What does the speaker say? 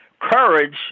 courage